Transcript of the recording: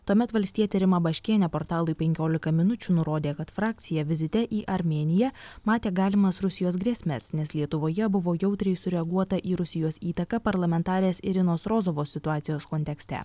tuomet valstietė rima baškienė portalui penkiolika minučių nurodė kad frakcija vizite į armėniją matė galimas rusijos grėsmes nes lietuvoje buvo jautriai sureaguota į rusijos įtaką parlamentarės irinos rozovos situacijos kontekste